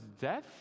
death